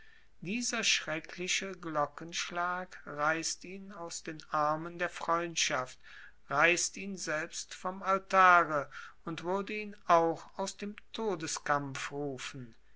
dieser schreckliche glockenschlag reißt ihn aus den armen der freundschaft reißt ihn selbst vom altare und würde ihn auch aus dem todeskampf rufen